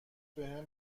بهش